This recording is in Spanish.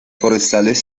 forestales